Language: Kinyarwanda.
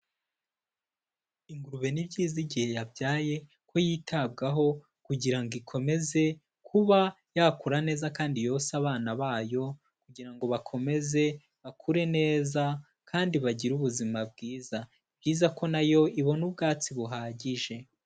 Ingurube ni byiza igihe yabyaye ko yitabwaho kugira ngo ikomeze kuba yakura neza kandi yonse abana bayo kugira ngo bakomeze bakure neza kandi bagire ubuzima bwiza, ni byiza ko nayo ibona ubwatsi buhagije.